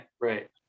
right